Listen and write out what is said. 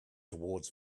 towards